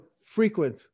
frequent